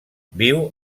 viu